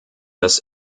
das